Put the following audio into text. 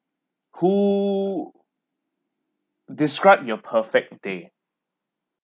who describe your perfect day